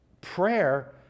prayer